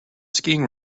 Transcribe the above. skiing